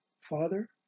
Father